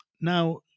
now